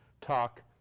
talk